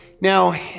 Now